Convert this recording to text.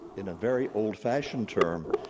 in a very old-fashioned term,